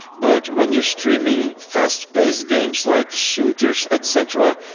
but when you're streaming fast-paced games like shooters, et cetera,